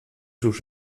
sus